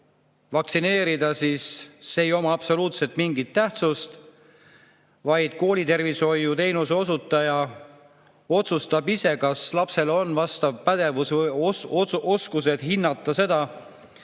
vaktsineerida, siis see ei oma absoluutselt mingit tähtsust, koolitervishoiuteenuse osutaja otsustab ise, kas lapsel on vastav pädevus või oskused hinnata seda,